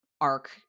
arc